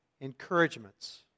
encouragements